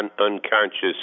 unconscious